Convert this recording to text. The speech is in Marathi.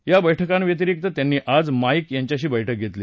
या बैठकांव्यतिरिक्त त्यांनी आज माईक यांच्याशी बैठक घेतली